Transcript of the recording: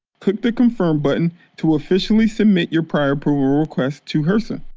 click the confirm button to officially submit your prior approval request to hrsa.